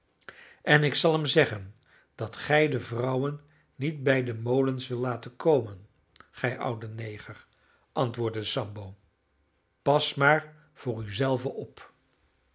en ik zal hem zeggen dat gij de vrouwen niet bij de molens wilt laten komen gij oude neger antwoordde sambo pas maar voor u zelven op